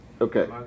Okay